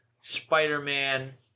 Spider-Man